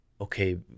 okay